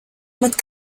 mit